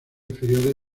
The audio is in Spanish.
inferiores